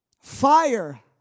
Fire